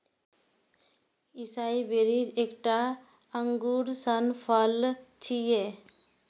एसाई berries एकटा अंगूर सन फल छियै